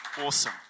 Awesome